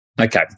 Okay